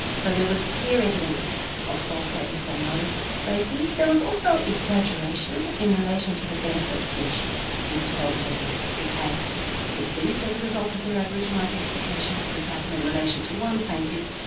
so there was clear evidence of false statements on those bases, there was also exaggeration in relation to the benefits which mr bolt said these people had received as a result of their aboriginal identification. for example, in relation to one plaintiff,